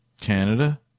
Canada